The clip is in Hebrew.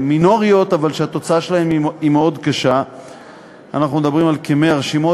מינוריות אבל שהתוצאה שלהן היא מאוד קשה אנחנו מדברים על כ-100 רשימות,